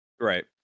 right